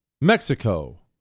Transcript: Mexico